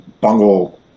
Bungle